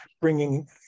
bringing